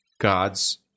God's